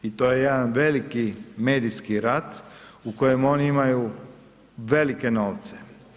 I to je jedan veliki medijski rat u kojem oni imaju velike novce.